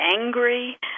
angry